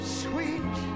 sweet